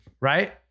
right